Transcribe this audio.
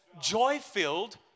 joy-filled